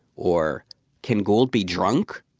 or can gold be drunk?